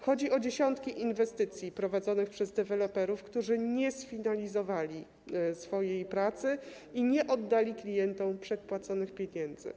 Chodzi o dziesiątki inwestycji prowadzonych przez deweloperów, którzy nie sfinalizowali swojej pracy i nie oddali klientom przedpłaconych pieniędzy.